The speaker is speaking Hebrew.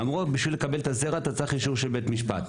אמרו כדי לקבל את הזרע אתה צריך אישור של בית משפט.